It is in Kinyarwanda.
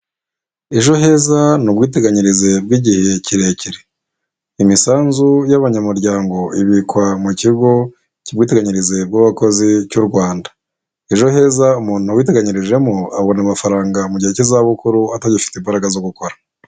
Ejo heza n'ubwiteganyirize bw'igihe kirekire, imisanzu y'abanyamuryango ibikwa mu kigo cy'ubwiteganyirize bw'abakozi cy'u Rwanda. Ejo heza umuntu witeganyirijemo abona amafaranga mu gihe cy'izabukuru atagifite imbaraga zo gukora.